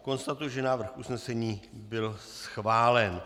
Konstatuji, že návrh usnesení byl schválen.